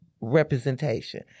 representation